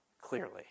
clearly